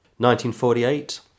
1948